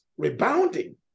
rebounding